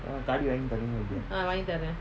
காடிவாங்கித்தறீங்களாஇல்லையா:gaadi vankittharinkkala illaiyya